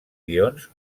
guions